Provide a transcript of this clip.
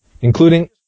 including